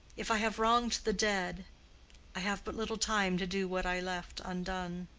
if i have wronged the dead i have but little time to do what i left undone.